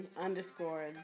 underscore